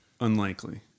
Unlikely